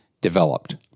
developed